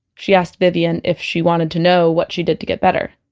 she asked vivian if she wanted to know what she did to get better